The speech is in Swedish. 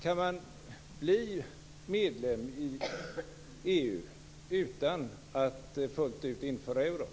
Kan man bli medlem i EU utan att fullt ut införa euron?